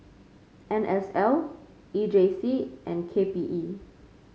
N S L E J C and K P E